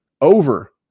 over